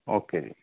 okay ਜੀ